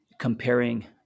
comparing